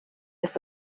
ist